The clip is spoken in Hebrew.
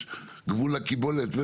יש גבול לקיבולת.